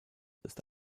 ist